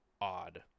odd